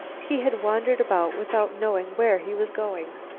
he had wandered about without knowing where he was going.